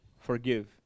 forgive